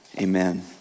amen